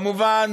כמובן,